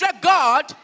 God